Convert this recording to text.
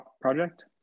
project